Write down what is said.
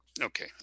Okay